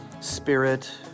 spirit